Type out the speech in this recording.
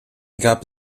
gab